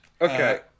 Okay